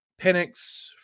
Penix